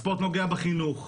הספורט נוגע בחינוך,